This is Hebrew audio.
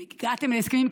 הגעתם להסכמים?